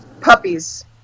Puppies